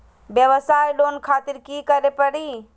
वयवसाय लोन खातिर की करे परी?